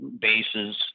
bases